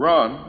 Run